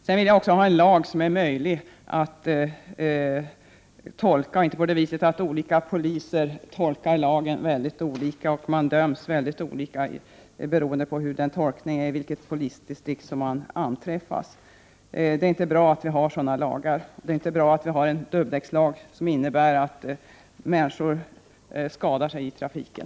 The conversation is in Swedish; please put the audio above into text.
Jag vill också ha en lag som är möjlig att tolka, inte så att olika poliser tolkar lagen olika och männniskor döms olika, beroende på i vilket polisdistrikt de anträffas. Det är inte bra med sådana lagar. Det är inte bra med en dubbdäckslag som innebär att människor skadar sig i trafiken.